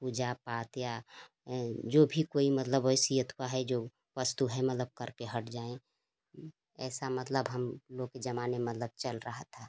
पूजा पाठ या जो भी कोई मतलब ऐसी अथवा है जो वस्तु है मतलब कर के हट जाएँ ऐसा मतलब हम लोग के जमाने में मतलब चल रहा था